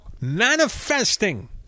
manifesting